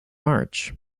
march